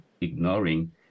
ignoring